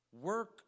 work